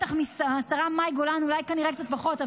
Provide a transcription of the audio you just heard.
מהשרה מאי גולן אולי קצת פחות,